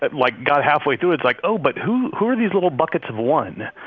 but like, got halfway through, it's like, oh, but who who are these little buckets of one?